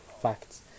facts